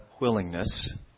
willingness